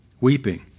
weeping